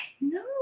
No